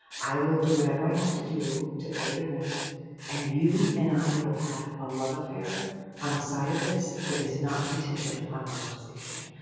i will do whatever i have to do to pay the rent and you and i will have a love affair on the side of this that is not contingent upon monetization.